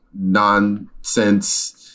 nonsense